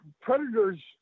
predators